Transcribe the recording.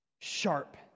Sharp